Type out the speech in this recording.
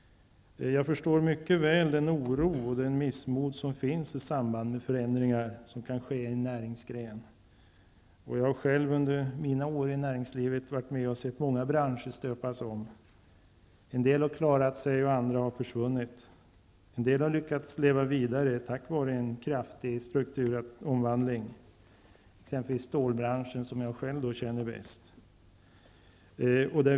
Jag förstår mycket väl den oro och det missmod som finns i samband med förändringar som kan ske i en näringsgren. Jag har själv under mina år i näringslivet sett många branscher stöpas om. En del har klarat sig och andra har försvunnit. En del har lyckats leva vidare tack vare en kraftig strukturomvandling, exempelvis stålbranschen, som är den näring som jag själv känner bäst.